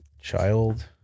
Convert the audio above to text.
child